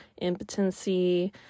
impotency